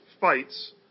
fights